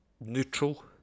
neutral